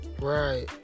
Right